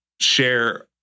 share